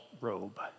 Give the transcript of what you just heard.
robe